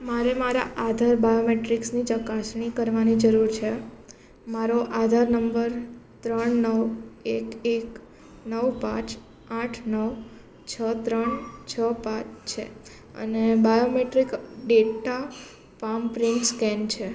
મારે મારા આધાર બાયોમેટ્રિક્સની ચકાસણી કરવાની જરૂર છે મારો આધાર નંબર ત્રણ નવ એક એક નવ પાંચ આઠ નવ છ ત્રણ છ પાંચ છે અને biometric data palm print scan છે